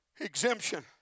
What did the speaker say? exemption